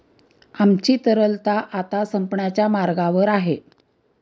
आमची तरलता आता संपण्याच्या मार्गावर आहे